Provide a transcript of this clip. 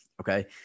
Okay